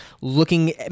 looking